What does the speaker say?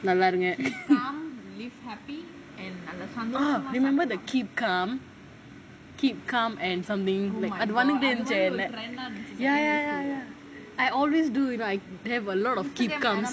நல்லா இருங்க:nallaa irunga ah remember the keep calm keep calm and something like அது வந்துகிட்டே இருந்துச்சே:athu vanthukitae irunthuchchae ya ya ya ya I always do you know I have a lot of keep calm